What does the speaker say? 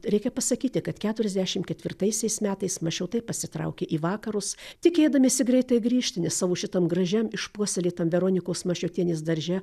reikia pasakyti kad keturiasdešim ketvirtaisiais metais mašiotai pasitraukė į vakarus tikėdamiesi greitai grįžti nes savo šitam gražiam išpuoselėtam veronikos mašiotienės darže